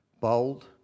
bold